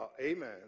amen